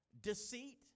Deceit